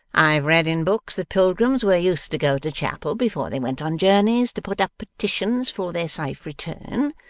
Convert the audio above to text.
i've read in books that pilgrims were used to go to chapel before they went on journeys, to put up petitions for their safe return.